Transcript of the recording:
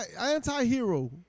Anti-hero